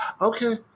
okay